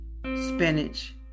spinach